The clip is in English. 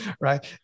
Right